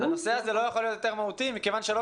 הנושא הזה לא יכול להיות יותר מהותי מכיוון שלא